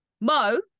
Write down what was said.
Mo